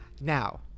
Now